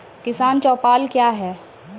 किसान चौपाल क्या हैं?